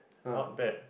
not bad